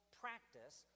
practice